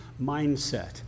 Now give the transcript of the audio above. mindset